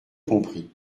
compris